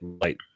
light